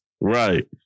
Right